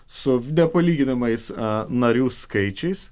su nepalyginamais a narių skaičiais